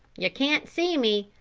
you can't see me,